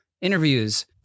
interviews